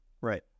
Right